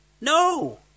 No